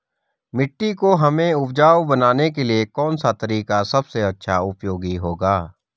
मिट्टी को हमें उपजाऊ बनाने के लिए कौन सा तरीका सबसे अच्छा उपयोगी होगा?